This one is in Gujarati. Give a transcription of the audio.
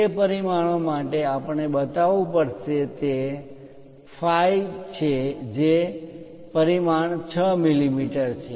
તે પરિમાણો માટે આપણે બતાવવું પડશે તે phi છે જે પરિમાણ 6 મિલીમીટર છે